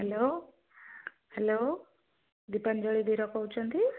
hello hello Deepanjali ଦିର୍ କହୁଛନ୍ତି